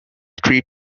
street